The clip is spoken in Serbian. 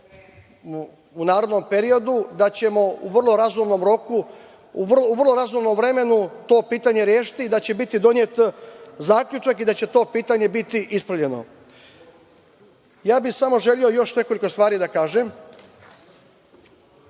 u narednom periodu da ćemo u vrlo razumnom vremenu to pitanje rešiti, da će biti donet zaključak i da će to pitanje biti ispravljeno. Samo bih želeo još nekoliko stvari da kažem.